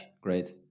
Great